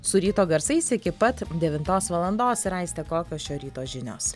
su ryto garsais iki pat devintos valandos ir aiste kokios šio ryto žinios